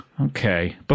Okay